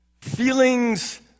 feelings